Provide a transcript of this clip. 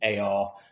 AR